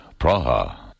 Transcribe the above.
Praha